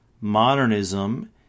modernism